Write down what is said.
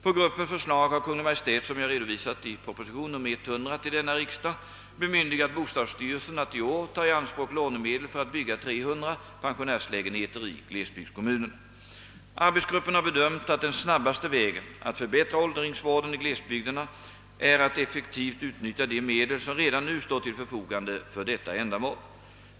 På gruppens förslag har Kungl. Maj:t, som jag redovisat i proposition nr 100 till denna riksdag, bemyndigat bostadsstyrelsen att i år ta i anspråk lånemedel för att bygga 300 pensionärslägenheter i glesbygdskommuner. Arbetsgruppen har bedömt att den snabbaste vägen att förbättra åldringsvården i glesbygderna är att effektivt utnyttja de medel som redan nu står till förfogande för detta ändamål.